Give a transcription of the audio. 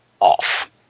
off